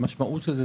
והמשמעות של זה,